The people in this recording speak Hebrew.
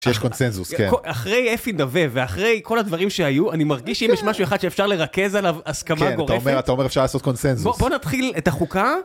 שיש קונצנזוס, כן. אחרי אפי דווה ואחרי כל הדברים שהיו, אני מרגיש שאם יש משהו אחד שאפשר לרכז עליו, הסכמה גורפת. אתה אומר אפשר לעשות קונצנזוס. בוא נתחיל את החוקה.